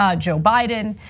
um joe biden.